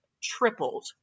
tripled